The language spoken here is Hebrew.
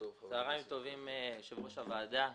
צוהריים טובים, יושב-ראש הוועדה.